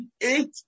Eight